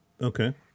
Okay